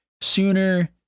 sooner